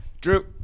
Drew